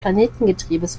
planetengetriebes